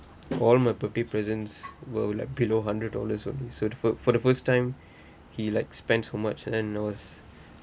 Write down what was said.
all my birthday presents will like below hundred dollars only so for for the first time he like spend so much and I was